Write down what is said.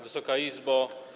Wysoka Izbo!